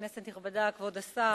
תודה רבה לך, כנסת נכבדה, כבוד השר,